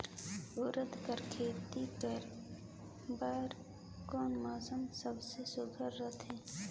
उरीद कर खेती करे बर कोन मौसम सबले सुघ्घर रहथे?